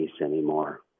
anymore